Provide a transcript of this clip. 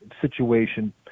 situation